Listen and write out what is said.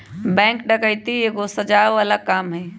bank डकैती एगो सजाओ बला काम हई